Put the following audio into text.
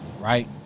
right